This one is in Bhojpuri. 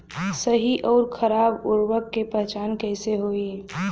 सही अउर खराब उर्बरक के पहचान कैसे होई?